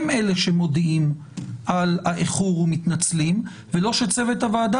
הם אלה שמודעים על האיחור ומתנצלים ולא שצוות הוועדה